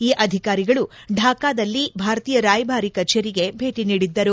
ಈ ಅಧಿಕಾರಿಗಳು ಢಾಕಾದಲ್ಲಿ ಭಾರತೀಯ ರಾಯಭಾರಿ ಕಜೇರಿಗೆ ಭೇಟ ನೀಡಿದ್ದರು